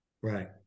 Right